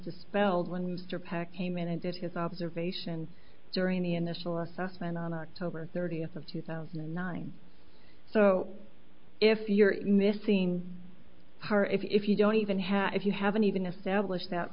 dispelled when mr peck came in and did his observations during the initial assessment on october thirtieth of two thousand and nine so if you're missing if you don't even have if you haven't even established